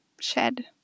shed